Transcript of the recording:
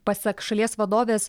pasak šalies vadovės